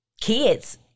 kids